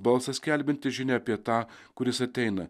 balsas skelbiantis žinią apie tą kuris ateina